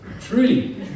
Truly